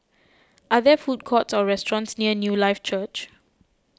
are there food courts or restaurants near Newlife Church